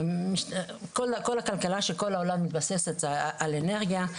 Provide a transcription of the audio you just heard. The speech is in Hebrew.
כל הכלכלה של כל העולם מתבססת על אנרגיה,